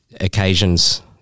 occasions